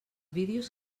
vídeos